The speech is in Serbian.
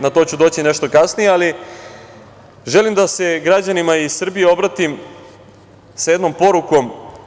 Na to ću doći nešto kasnije, ali želim da se građanima Srbije obratim sa jednom porukom.